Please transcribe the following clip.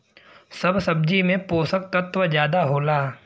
सब सब्जी में पोसक तत्व जादा होला